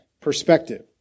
perspective